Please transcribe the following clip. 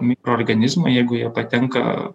mikroorganizmai jeigu jie patenka